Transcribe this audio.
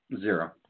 zero